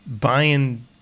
buying